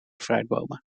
fruitbomen